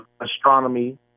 astronomy